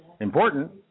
important